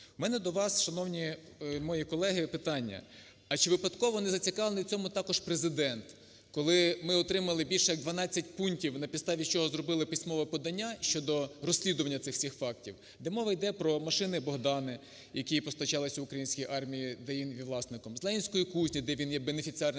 У мене до вас, шановні мої колеги, питання, а чи випадково незацікавлений в цьому також Президент? Коли ми отримали більше як 12 пунктів, на підставі чого зробили письмове подання щодо розслідування цих всіх фактів. Де мова йде про машини "Богдани", які постачались українській армії, де він є її власником. З "Ленінської кузні", де він є бенефіціарним